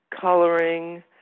coloring